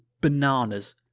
bananas